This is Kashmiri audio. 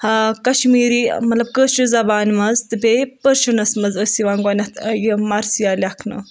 ہا کشمیٖری مطلب کٲشِر زبانہِ منٛز تہٕ بیٚیہِ پٔرشِیَنس منٛز ٲسۍ یوان گۄڈنٮ۪تھ یہِ مَرثِیہ لٮ۪کھنہٕ